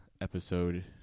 episode